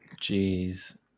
Jeez